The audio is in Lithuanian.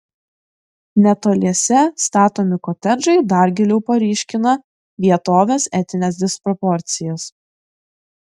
netoliese statomi kotedžai dar giliau paryškina vietovės etines disproporcijas